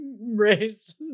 raised